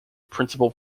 principal